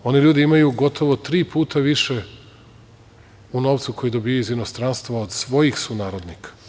Oni ljudi imaju gotovo tri puta više u novcu koji dobijaju iz inostranstva od svojih sunarodnika.